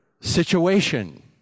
situation